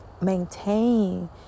maintain